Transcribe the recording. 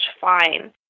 fine